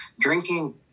drinking